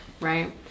right